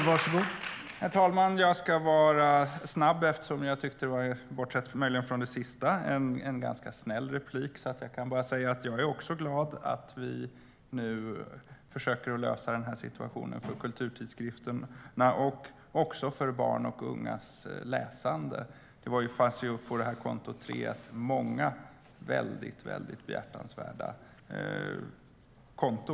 Herr talman! Jag ska fatta mig kort, eftersom jag tyckte att detta var en ganska snäll replik, möjligen bortsett från det sista. Jag kan därför bara säga att jag också är glad att vi nu försöker lösa denna situation för kulturtidskrifterna och också för barns och ungas läsande. Det fanns på detta konto 3.1 många väldigt behjärtansvärda saker.